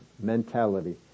mentality